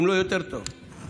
אם לא יותר טוב ממני.